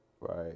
right